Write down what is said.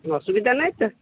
অসুবিধা নেই তো